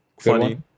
funny